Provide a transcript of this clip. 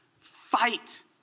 Fight